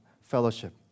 fellowship